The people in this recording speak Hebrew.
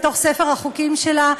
לתוך ספר החוקים שלה,